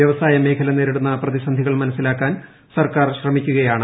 വൃവസായ മേഖല നേരിടുന്ന പ്രതിസന്ധികൾ മനസിലാക്കാൻ സർക്കാർ ശ്രമിക്കുകയാണ്